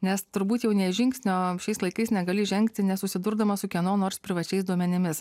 nes turbūt jau nė žingsnio šiais laikais negali žengti nesusidurdama su kieno nors privačiais duomenimis